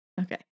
Okay